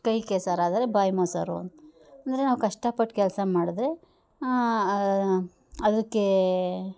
ಕೈ ಕೆಸರಾದರೆ ಬಾಯಿ ಮೊಸರು ಅಂದರೆ ನಾವು ಕಷ್ಟ ಪಟ್ಟು ಕೆಲಸ ಮಾಡಿದ್ರೆ ಅದಕ್ಕೆ